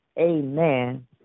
amen